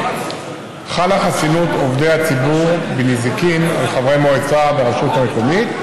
חלה חסינות עובדי הציבור בנזיקין על חברי מועצה ברשות המקומית,